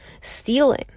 stealing